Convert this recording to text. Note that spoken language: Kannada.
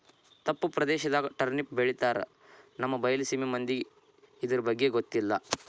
ತಪ್ಪು ಪ್ರದೇಶದಾಗ ಟರ್ನಿಪ್ ಬೆಳಿತಾರ ನಮ್ಮ ಬೈಲಸೇಮಿ ಮಂದಿಗೆ ಇರ್ದಬಗ್ಗೆ ಗೊತ್ತಿಲ್ಲ